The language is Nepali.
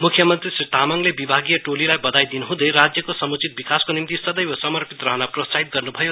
मुख्य मंत्री श्री तामङले विभागीय टोलीलाई वधाई दिनुहुँदै राज्यको समुचिन विकासको निम्ति सदैव समर्पित रहन प्रोत्साहित गर्नुभयो